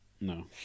No